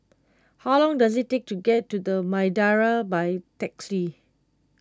how long does it take to get to the Madeira by taxi